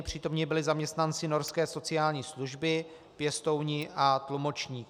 Přítomni byli zaměstnanci norské sociální služby, pěstouni a tlumočník.